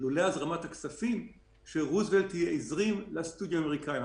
לולי הזרמת הכספים שרוזוולט הזרים לסטודיואים האמריקאיים.